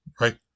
right